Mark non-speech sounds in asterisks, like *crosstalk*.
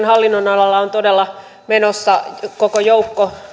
*unintelligible* hallinnonalalla on todella menossa koko joukko